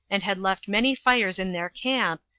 and had left many fires in their camp,